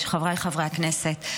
חבריי חברי הכנסת,